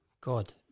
God